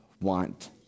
want